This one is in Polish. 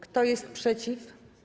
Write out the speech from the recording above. Kto jest przeciw?